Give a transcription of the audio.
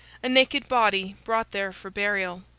a naked body brought there for burial.